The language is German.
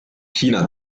china